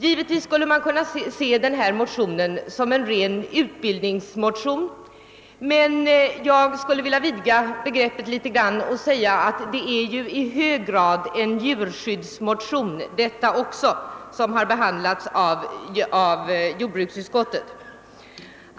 Givetvis kunde man se motionen som en ren utbildningsmotion. Men jag skulle vilja vidga begreppet litet och säga att det i hög grad också är en djurskyddsmotion som har behandlats av jordbruksutskottet.